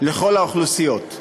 לכל האוכלוסיות,